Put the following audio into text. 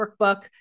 workbook